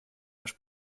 ваш